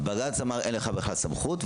בג"ץ אמר: אין לך בכלל סמכות.